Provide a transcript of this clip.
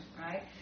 right